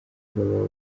baba